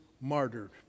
martyred